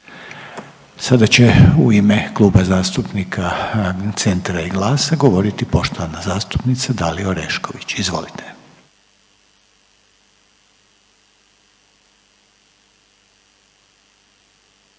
Sada će u ime Kluba zastupnika Centra i GLAS-a govoriti poštovana zastupnica Dalija Orešković. Izvolite.